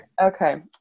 Okay